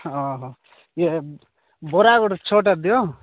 ହଁ ହଁ ଇଏ ବରା ଗୋଟେ ଛଅଟା ଦିଅ